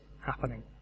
happening